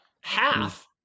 Half